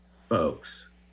folks